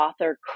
author